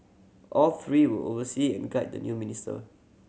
all three will oversee and guide the new minister